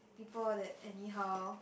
people that anyhow